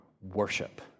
worship